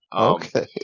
Okay